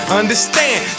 understand